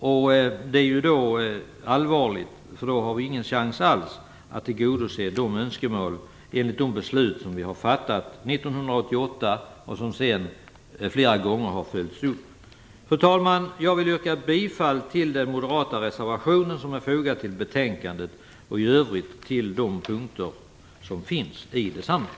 Det är allvarligt, eftersom vi i så fall inte har någon chans att tillgodose önskemål enligt de beslut vi har fattat år 1988 och som har följts upp flera gånger. Fru talman! Jag vill yrka bifall till den moderata reservation som är fogad till betänkandet och i övrigt till utskottets hemställan.